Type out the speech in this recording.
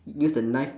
use the knife